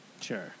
Sure